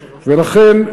לכן,